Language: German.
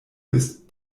ist